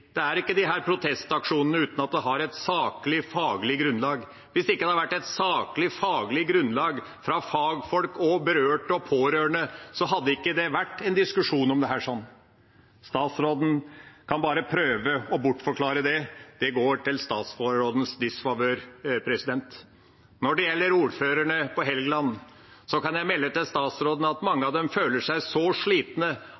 et saklig, faglig grunnlag. Hvis det ikke hadde vært et saklig, faglig grunnlag fra fagfolk, berørte og pårørende, hadde det ikke vært en diskusjon om dette. Statsråden kan bare prøve å bortforklare det – det går i statsrådens disfavør. Når det gjelder ordførerne på Helgeland, kan jeg melde til statsråden at